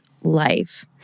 Life